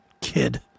kid